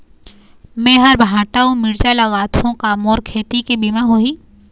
मेहर भांटा अऊ मिरचा लगाथो का मोर खेती के बीमा होही?